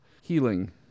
healing